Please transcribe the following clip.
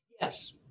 Yes